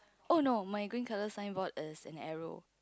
oh no my green colour signboard there is an arrow